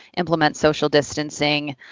implement social distancing,